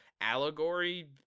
allegory